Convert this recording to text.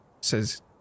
says